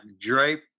drape